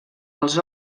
els